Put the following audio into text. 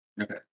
Okay